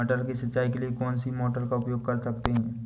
मटर की सिंचाई के लिए कौन सी मोटर का उपयोग कर सकते हैं?